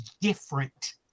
different